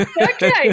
Okay